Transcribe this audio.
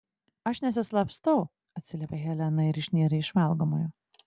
aš nesislapstau atsiliepia helena ir išnyra iš valgomojo